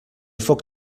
foc